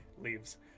Leaves